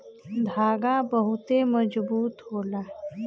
धागा बहुते मजबूत होला